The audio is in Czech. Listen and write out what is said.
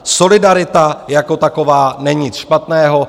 Solidarita jako taková není nic špatného.